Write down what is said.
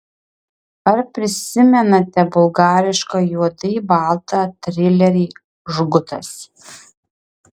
ar prisimenate bulgarišką juodai baltą trilerį žgutas